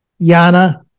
Yana